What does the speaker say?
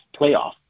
playoff